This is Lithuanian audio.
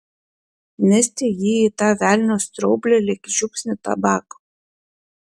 mesti jį į tą velnio straublį lyg žiupsnį tabako